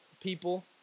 people